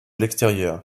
l’extérieur